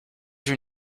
you